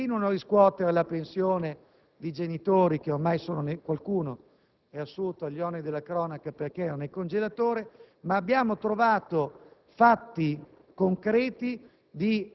Ci sono italiani che continuano a riscuotere la pensione dei genitori (qualcuno è assurto agli onori della cronaca perché era nel congelatore), ma abbiamo trovato